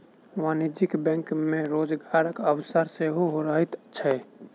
वाणिज्यिक बैंक मे रोजगारक अवसर सेहो रहैत छै